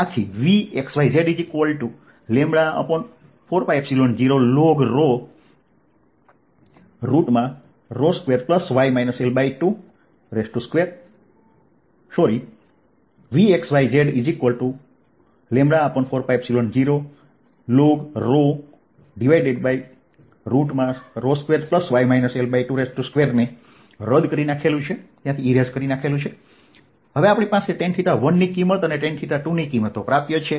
આથી Vxyz4π0ln⁡|2y L22| આપણી પાસે tan 1ની કિંમત અને tan 2ની કિંમતો પ્રાપ્ય છે